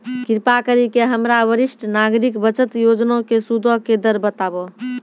कृपा करि के हमरा वरिष्ठ नागरिक बचत योजना के सूदो के दर बताबो